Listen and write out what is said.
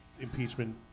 impeachment